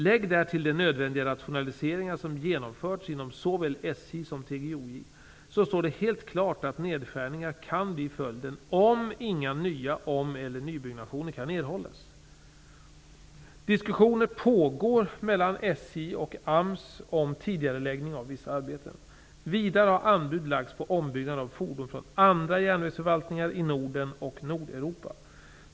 Lägg därtill de nödvändiga rationaliseringar som genomförts inom såväl SJ som TGOJ, så står det helt klart att nedskärningar kan bli följden, om inga nya om eller nybyggnationer kan erhållas. Diskussioner pågår mellan SJ och AMS om tidigareläggning av vissa arbeten. Vidare har anbud lagts på ombyggnad av fordon från andra järnvägsförvaltningar i Norden och Nordeuropa.